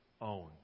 own